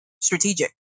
strategic